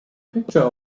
picture